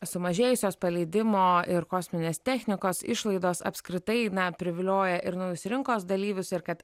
sumažėjusios paleidimo ir kosminės technikos išlaidos apskritai na privilioja ir naujus rinkos dalyvius ir kad